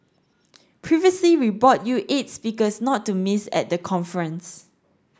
previously we bought you eight speakers not to miss at the conference